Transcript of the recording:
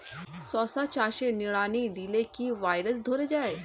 শশা চাষে নিড়ানি দিলে কি ভাইরাস ধরে যায়?